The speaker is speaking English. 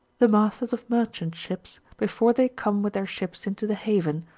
the masters of merchant-ships, before they come with their ships into the haven,